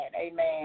amen